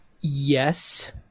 Yes